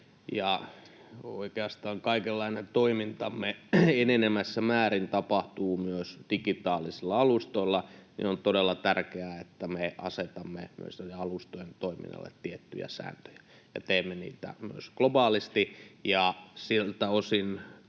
kaikenlainen toimintamme enenevässä määrin tapahtuu myös digitaalisilla alustoilla, on todella tärkeää, että me asetamme myös näiden alustojen toiminnalle tiettyjä sääntöjä ja teemme niitä myös globaalisti. Siltä osin